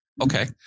Okay